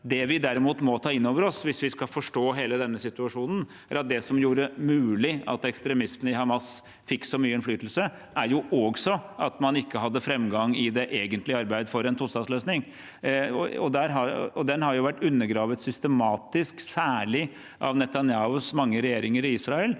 Det vi derimot må ta inn over oss hvis vi skal forstå hele denne situasjonen, er at det som gjorde det mulig at ekstremistene i Hamas fikk så mye innflytelse, også er at man ikke hadde framgang i det egentlige arbeidet for en tostatsløsning. Den har jo vært undergravet systematisk, særlig av Netanyahus mange regjeringer i Israel,